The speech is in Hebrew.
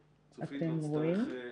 כן,